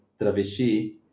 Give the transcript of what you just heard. travesti